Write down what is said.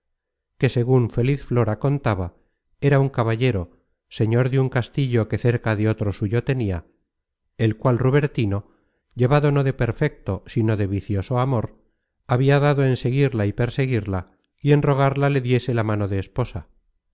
que segun feliz flora contaba era un caballero señor de un castillo que cerca de otro suyo tenia el cual rubertino llevado no de perfecto sino de vicioso amor habia dado en seguirla y perseguirla y en rogarla le diese la mano de esposa